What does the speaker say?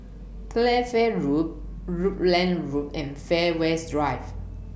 Playfair Road Rutland Road and Fairways Drive